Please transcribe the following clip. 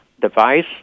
device